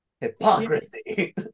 hypocrisy